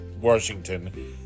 Washington